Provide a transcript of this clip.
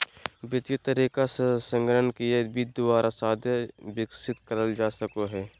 वित्तीय तरीका से संगणकीय वित्त द्वारा जादे विकसित करल जा सको हय